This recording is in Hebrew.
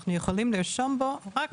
אנחנו יכולים לרשום בו רק